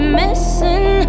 missing